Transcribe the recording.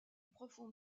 profonde